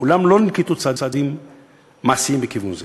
אולם לא ננקטו צעדים מעשיים בכיוון זה.